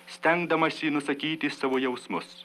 stengdamasi nusakyti savo jausmus